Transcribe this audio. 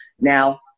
Now